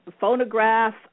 phonograph